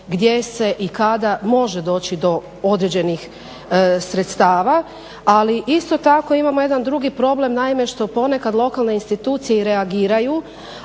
gdje se i kada može doći do određenih sredstava, ali isto tako imamo jedan drugi problem naime što ponekad lokalne institucije i reagiraju